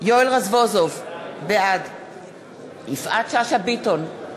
יואל רזבוזוב, בעד יפעת שאשא ביטון,